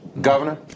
Governor